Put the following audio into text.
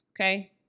Okay